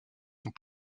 sont